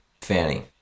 Fanny